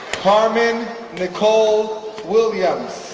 carmen nicole williams,